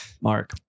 Mark